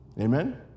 Amen